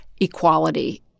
equality